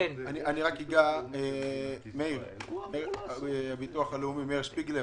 מאיר שפיגלר,